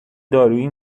دارویی